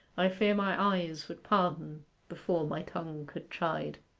i fear my eyes would pardon before my tongue could chide